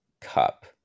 cup